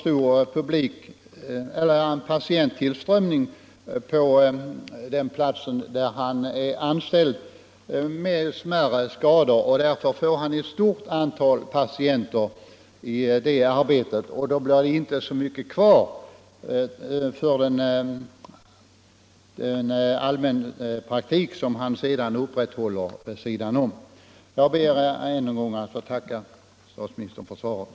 Han kanske har stor patienttillströmning med smärre skador på den plats där han är anställd och får därför ett stort antal patienter i sitt arbete där, varför det inte blir mycket utrymme över för den allmänpraktik som han upprätthåller vid sidan om. Jag ber än en gång att få tacka för svaret.